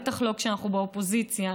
בטח לא כשאנחנו באופוזיציה,